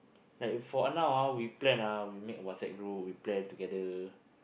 like for uh now we plan ah we make WhatsApp group we play together